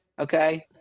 okay